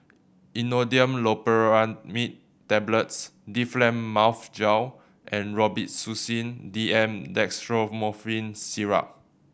Imodium Loperamide Tablets Difflam Mouth Gel and Robitussin D M Dextromethorphan Syrup